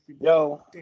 Yo